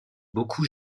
beaucoup